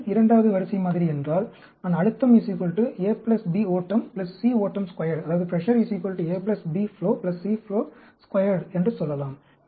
இது இரண்டாவது வரிசை மாதிரி என்றால் நான் அழுத்தம் A B ஓட்டம் C ஓட்டம் squared pressure A B flow C flow squared என்று சொல்லலாம்